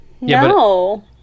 no